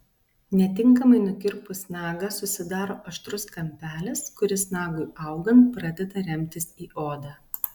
netinkamai nukirpus nagą susidaro aštrus kampelis kuris nagui augant pradeda remtis į odą